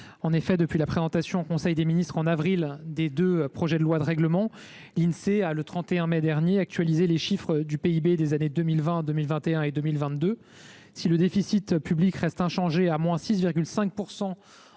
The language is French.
En effet, depuis la présentation en conseil des ministres au mois d’avril des deux projets de loi de règlement, l’Insee a actualisé le 31 mai dernier les chiffres du PIB des années 2020, 2021 et 2022. Si le déficit public reste inchangé, à 6,5